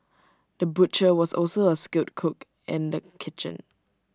the butcher was also A skilled cook in the kitchen